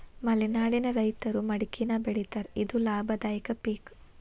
ಮಲೆನಾಡಿನ ರೈತರು ಮಡಕಿನಾ ಬೆಳಿತಾರ ಇದು ಲಾಭದಾಯಕ ಪಿಕ್